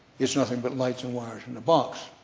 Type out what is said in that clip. it's nothing but lights and wires in a box.